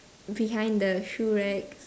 behind the shoe racks